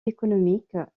économiques